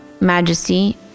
majesty